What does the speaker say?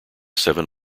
seven